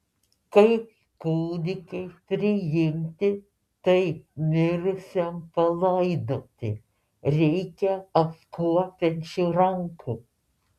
kaip kūdikiui priimti taip mirusiam palaidoti reikia apkuopiančių rankų